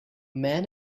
man